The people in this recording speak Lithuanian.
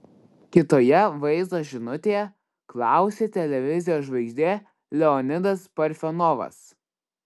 kitoje vaizdo žinutėje klausė televizijos žvaigždė leonidas parfionovas